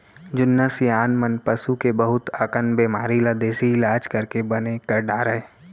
जुन्ना सियान मन पसू के बहुत अकन बेमारी ल देसी इलाज करके बने कर डारय